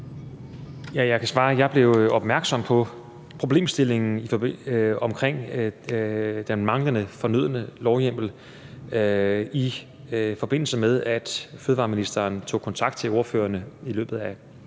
jeg blev opmærksom på problemstillingen om den manglende fornødne lovhjemmel, i forbindelse med at fødevareministeren tog kontakt til ordførerne i løbet af